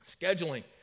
scheduling